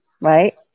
Right